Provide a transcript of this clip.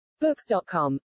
Books.com